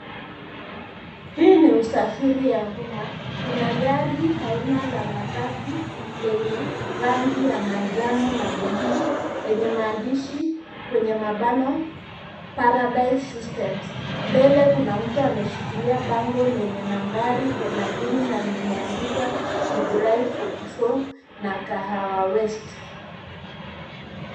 Hii ni usafiri ya umma kuna gari aina ya matatu, lenye rangi ya majano na buluu yenye maandishi kwenye mabano Paradise Systems. Mbele kuna mtu ameshikilia bango lenye namari 30 limeandikwa Githurai 44,na Kahawa West.